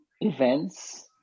events